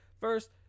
first